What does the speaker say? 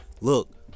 look